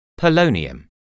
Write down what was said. polonium